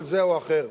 של זה או אחר.